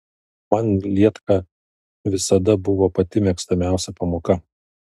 man lietka visada buvo pati mėgstamiausia pamoka